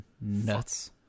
nuts